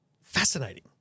fascinating